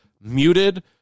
muted